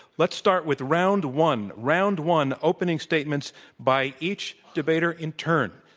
let's start with round one. round one, opening statements by each debater in turn.